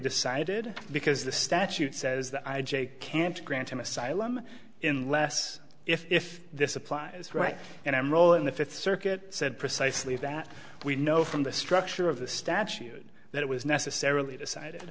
decided because the statute says that i j can't grant him asylum in less if the supply is right and i'm rolling the fifth circuit said precisely that we know from the structure of the statute that it was necessarily decided